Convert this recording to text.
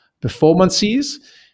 performances